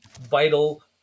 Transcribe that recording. vital